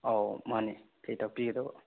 ꯑꯥꯎ ꯃꯥꯅꯤ ꯀꯔꯤ ꯇꯥꯛꯄꯤꯒꯗꯕ